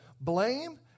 blame